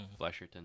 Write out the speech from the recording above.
Flesherton